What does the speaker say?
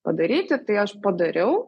padaryti tai aš padariau